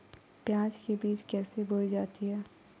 प्याज के बीज कैसे बोई जाती हैं?